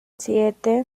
siete